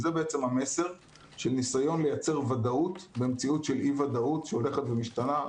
זה בעצם המסר של ניסיון לייצר ודאות במציאות של אי ודאות שהולכת ומשתנה.